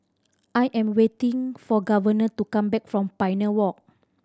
I am waiting for Governor to come back from Pioneer Walk